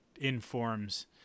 informs